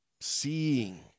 seeing